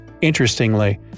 Interestingly